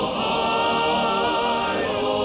Ohio